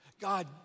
God